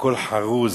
בכל חרוז,